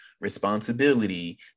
responsibility